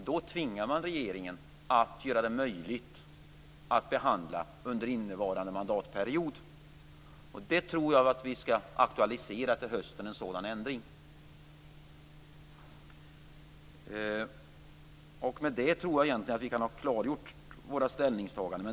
Då tvingar man regeringen att göra det möjligt att behandla propositionerna under innevarande mandatperiod. Jag tror att vi skall aktualisera en sådan ändring till hösten. Med det tror jag egentligen att vi har klargjort våra ställningstaganden.